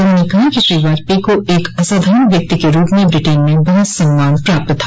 उन्होंने कहा कि श्री वाजपेयी को एक असाधारण व्यक्ति के रूप में ब्रिटेन में बहुत सम्मान प्राप्त था